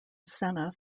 senna